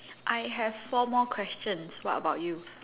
I have four more questions what about you